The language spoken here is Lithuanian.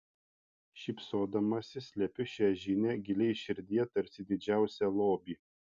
šypsodamasi slepiu šią žinią giliai širdyje tarsi didžiausią lobį